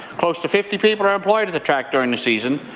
close to fifty people are employed at the track during the season.